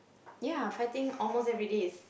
ya fighting almost every days